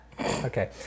Okay